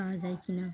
পাওয়া যায় কি না